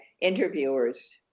interviewers